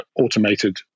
automated